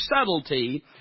subtlety